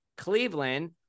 Cleveland